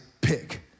pick